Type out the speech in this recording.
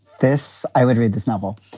this i would read this novel.